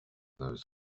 those